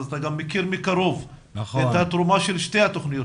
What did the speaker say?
אתה גם מכיר מקרוב את התרומה של שתי התוכניות,